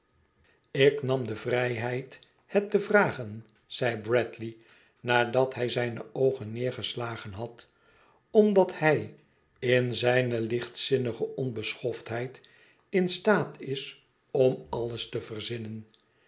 ik nam de vrijheid het te vragen zei bradley nadat hij zijne oogen neergeslagen had omdat hij in zijne lichtzinnige onbeschoftheid in staat is om alles te verzinnen